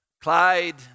Clyde